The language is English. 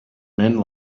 men